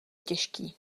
těžký